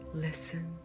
Listen